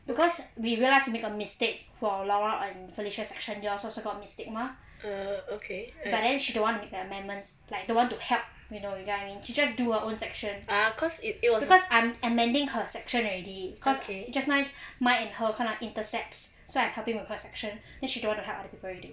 because we realise we make a mistake for laura and felicia section theirs also got mistake mah but then she don't want make amendments like don't want to help you know you get what I mean she just do her own section because I'm amending her section already cause just nice mine and her kind of intersects so I helping with her section then she don't want to help other people already